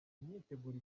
imyiteguro